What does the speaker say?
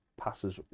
passes